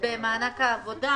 יום ז' בטבת התשפ"ג (31 בדצמבר 2022),